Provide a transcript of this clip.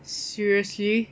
seriously